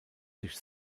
sich